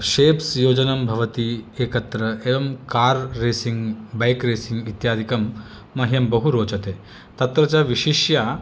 shapes योजनं भवति एकत्र एवं कार् रेसिङ्ग् बैक् रेसिङ्ग् इत्यदिकं मह्यं बहु रोचते तत्र च विशिष्य